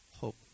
hope